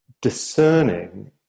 discerning